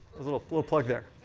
little little plug there.